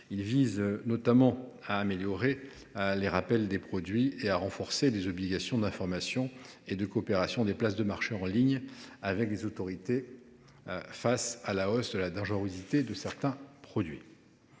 Il vise notamment à améliorer les rappels des produits et à renforcer les obligations d’information et de coopération des places de marché en ligne avec les autorités face à la hausse de la dangerosité de certains produits.